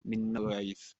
minoaidd